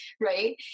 Right